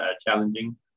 challenging